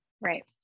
Right